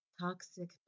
Toxic